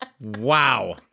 Wow